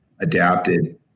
adapted